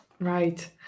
Right